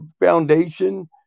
Foundation